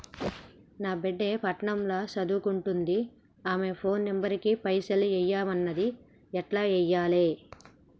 నా బిడ్డే పట్నం ల సదువుకుంటుంది ఆమె ఫోన్ నంబర్ కి పైసల్ ఎయ్యమన్నది ఎట్ల ఎయ్యాలి?